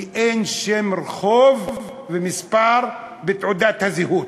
כי אין שם רחוב ומספר בתעודת הזהות.